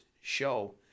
show